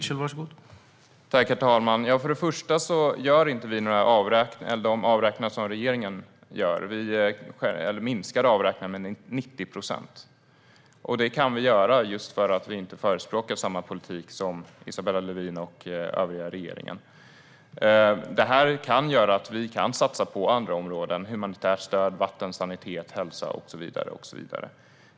Herr talman! För det första gör vi inte de avräkningar som regeringen gör. Vi minskar avräkningarna med 90 procent. Det kan vi göra just för att vi inte förespråkar samma politik som Isabella Lövin och den övriga reger-ingen. Det gör att vi kan satsa på andra områden såsom humanitärt stöd, vatten, sanitet, hälsa och så vidare.